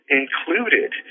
included